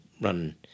run